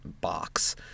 box